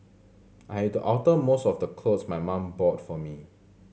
I had to alter most of the clothes my mum bought for me